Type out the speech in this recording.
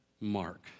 mark